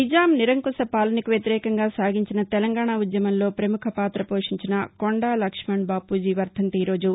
నిజాం నిరంకుశ పాలనకు వ్యతిరేకంగా సాగించిన తెలంగాణ ఉద్యమంలో ప్రముఖ పాత్ర పోషించిన కొండా లక్ష్మణ్ బాపూజీ వర్దంతి ఈరోజు